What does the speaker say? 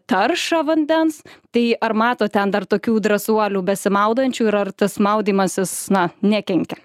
taršą vandens tai ar matot ten dar tokių drąsuolių besimaudančių ir ar tas maudymasis na nekenkia